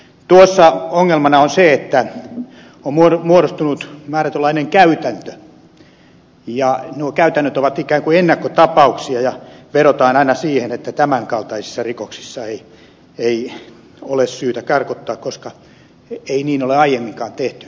tuossa ongelmana on se että on muodostunut määrätynlainen käytäntö ja nuo käytännöt ovat ikään kuin ennakkotapauksia ja vedotaan aina siihen että tämän kaltaisissa rikoksissa ei ole syytä karkottaa koska ei niin ole aiemminkaan tehty